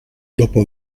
dopo